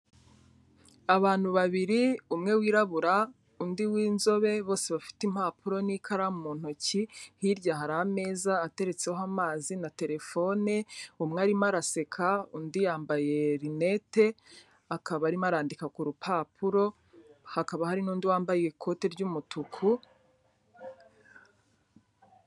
Abantu babiri, umwe wirabura undi w'inzobe, bose bafite impapuro n'ikaramu mu ntoki, hirya hari ameza ateretseho amazi na terefone, umwe arimo araseka, undi yambaye rinete akaba arimo arandika ku rupapuro, hakaba hari n'undi wambaye ikoti ry'umutuku...